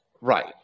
Right